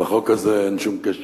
לחוק הזה אין שום קשר